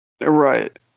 Right